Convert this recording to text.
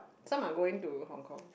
some are going to Hong-Kong